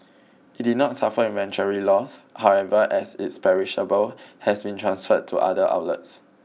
it did not suffer inventory losses however as its perishable has been transferred to other outlets